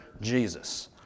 Jesus